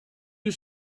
you